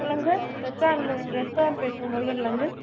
சொல்லுங்கள் சார் ரெஸ்டாரண்ட்டில் ரெஸ்டாரண்ட் பேசுகிறேன் முருகன்லேருந்து